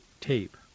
tape